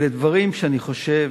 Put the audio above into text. אלה דברים שאני חושב